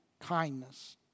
kindness